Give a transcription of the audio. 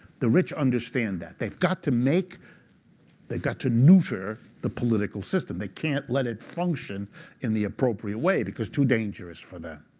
the rich understand that. they've got to make they've got to neuter the political system. they can't let it function in the appropriate way, because it's too dangerous for them.